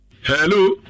Hello